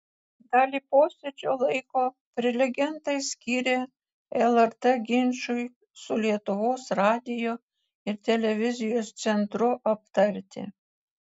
dalį posėdžio laiko prelegentai skyrė lrt ginčui su lietuvos radijo ir televizijos centru aptarti